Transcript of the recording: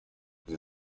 izi